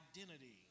identity